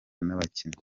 n’abakinnyi